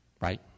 Right